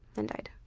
and died.